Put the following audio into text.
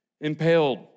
impaled